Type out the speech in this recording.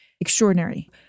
Extraordinary